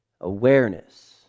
Awareness